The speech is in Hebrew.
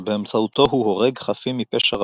שבאמצעותו הוא הורג חפים מפשע רבים.